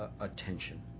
attention